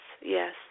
yes